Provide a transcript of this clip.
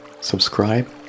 subscribe